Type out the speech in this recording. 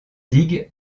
digue